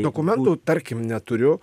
dokumentų tarkim neturiu